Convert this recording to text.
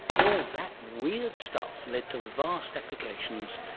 all that weird stuff led to vast applications,